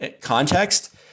context